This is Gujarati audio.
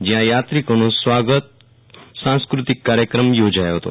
જયાં યાત્રીકોનું સ્વાગત સાંસ્ક્રતિક કાર્યક્રમ યોજાયો હતો